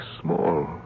small